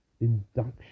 induction